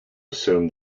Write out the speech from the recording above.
assume